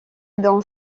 dans